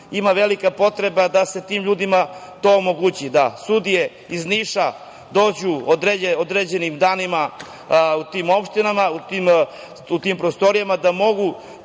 velika potreba da se tim ljudima to omogući, da sudije iz Niša dođu određenim danima u te opštine, u te prostorijama, da mogu